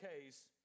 case